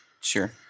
Sure